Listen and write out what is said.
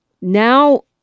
now